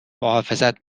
محافظت